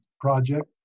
project